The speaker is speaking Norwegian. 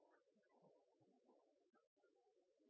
skal ha